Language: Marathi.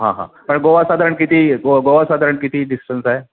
हां हां पण गोवा साधारण किती गो गोवा साधारण किती डिस्टन्स आहे